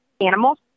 animals